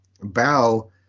bow